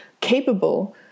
capable